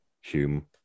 Hume